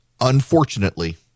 Unfortunately